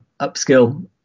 upskill